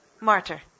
martyr